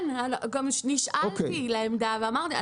כן, גם נשאלתי לעמדה ואמרתי.